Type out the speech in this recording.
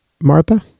Martha